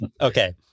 Okay